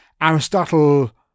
Aristotle